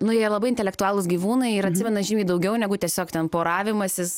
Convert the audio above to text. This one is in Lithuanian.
nu jie labai intelektualūs gyvūnai ir atsimena žymiai daugiau negu tiesiog ten poravimasis